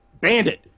Bandit